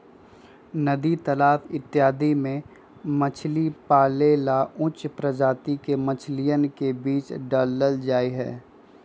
नदी तालाब इत्यादि में मछली पाले ला उच्च प्रजाति के मछलियन के बीज डाल्ल जाहई